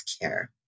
care